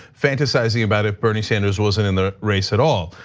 fantasizing about if bernie sanders wasn't in the race at all.